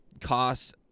costs